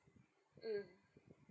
mm